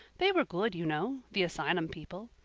they were good, you know the asylum people.